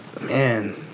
man